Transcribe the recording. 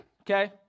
okay